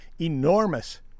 enormous